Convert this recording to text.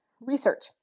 research